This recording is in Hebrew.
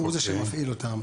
הוא זה שמפעיל אותם.